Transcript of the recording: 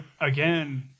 again